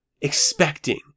expecting